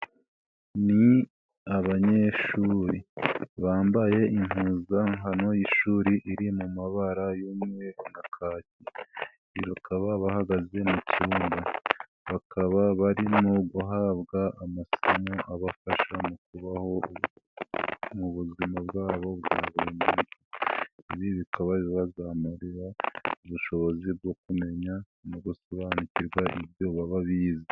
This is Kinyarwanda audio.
Ni abanyeshuri bambaye impuzankano y'ishuri iri mu mabara y'umweru na kaki. Bakaba bahagaze mu cyumba, bakaba barimo guhabwa amasomo abafasha mu kubaho mu buzima bwabo bwa buri munsi. Ibi bikaba bibazamurira ubushobozi bwo kumenya no gusobanukirwa ibyo baba bize.